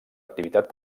activitat